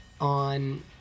On